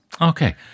Okay